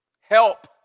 Help